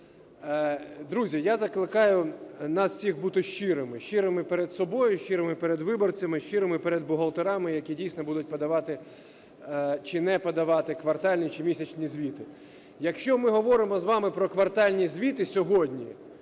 Друзі, я закликаю нас всіх бути щирими. Щирими перед собою, щирими перед виборцями, щирими перед бухгалтерами, які, дійсно, будуть подавати чи не подавати квартальні чи місячні звіти. Якщо ми говоримо з вами про квартальні звіти сьогодні,